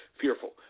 fearful